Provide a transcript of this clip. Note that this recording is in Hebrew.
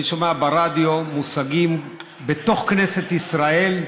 אני שומע ברדיו מושגים בתוך כנסת ישראל: